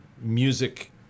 music